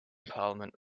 parliament